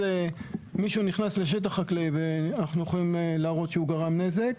שמישהו נכנס לשטח ואנחנו יכולים להראות שהוא גרם נזק,